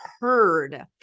heard